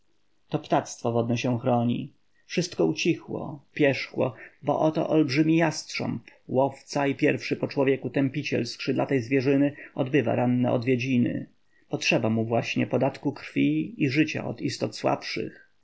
to ptactwo wodne się chroni wszystko ucichło pierzchło bo oto olbrzymi jastrząb łowca i pierwszy po człowieku tępiciel skrzydlatej zwierzyny odbywa ranne odwiedziny potrzeba mu właśnie podatku krwi i życia od istot słabszych